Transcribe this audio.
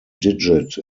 digit